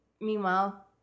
meanwhile